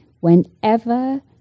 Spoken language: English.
Whenever